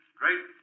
great